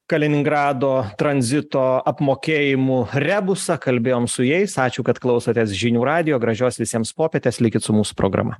kaliningrado tranzito apmokėjimų rebusą kalbėjom su jais ačiū kad klausotės žinių radijo gražios visiems popietės likit su mūsų programa